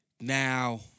now